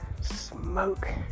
smoke